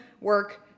work